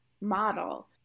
model